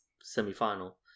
semi-final